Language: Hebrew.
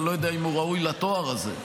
אני לא יודע אם הוא ראוי לתואר הזה,